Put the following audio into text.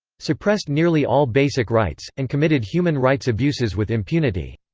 suppressed nearly all basic rights and committed human rights abuses with impunity.